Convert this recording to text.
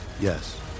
Yes